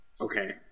Okay